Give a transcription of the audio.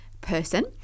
person